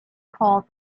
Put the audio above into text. called